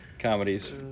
comedies